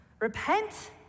Repent